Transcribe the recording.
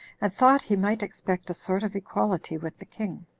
and thought he might expect a sort of equality with the king,